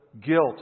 guilt